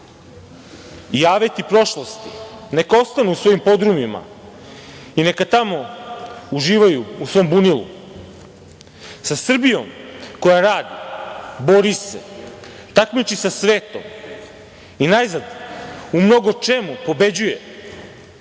Aveti prošlosti neka ostanu u svojim podrumima i neka tamo uživaju u svom bunilu. Sa Srbijom koja radi, bori se, takmiči sa svetom i najzad u mnogo čemu pobeđuje,